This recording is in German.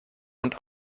und